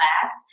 class